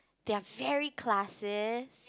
they are varied classes